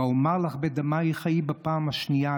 "ואמר לך בדמיך חיי" בפעם השנייה,